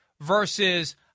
versus